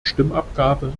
stimmabgabe